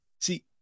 See